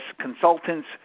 consultants